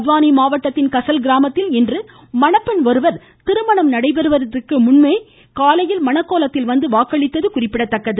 பத்வானி மாவட்டத்தின் கஸல் கிராமத்தில் இன்று மணப்பெண் ஒருவர் திருமணம் நடைபெறுவதற்கு முன்பு காலையிலேயே மணக்கோலத்தில் வந்து வாக்களித்தது குறிப்பிடத்தக்கது